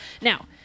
Now